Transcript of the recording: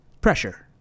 Pressure